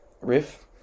riff